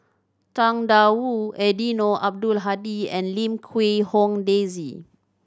Tang Da Wu Eddino Abdul Hadi and Lim Quee Hong Daisy